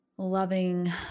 Loving